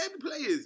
players